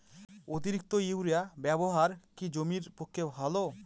অতিরিক্ত ইউরিয়া ব্যবহার কি জমির পক্ষে ভালো?